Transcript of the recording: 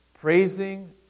praising